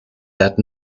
that